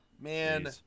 Man